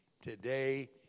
today